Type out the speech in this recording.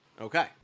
Okay